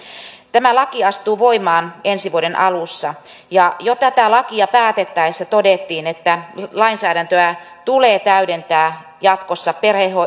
tämä laki astuu voimaan ensi vuoden alussa ja jo tätä lakia päätettäessä todettiin että lainsäädäntöä tulee täydentää jatkossa